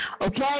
okay